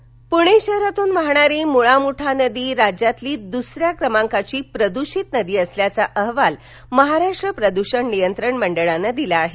मळा मठा पूणे शहरातून वाहणारी मुळा मुठा नदी राज्यातील दुसऱ्या क्रमांकाची प्रदूषित नदी असल्याचा अहवाल महाराष्ट्र प्रदूषण नियंत्रण मंडळानं दिला आहे